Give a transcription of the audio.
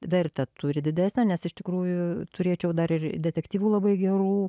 vertę turi didesnę nes iš tikrųjų turėčiau dar ir detektyvų labai gerų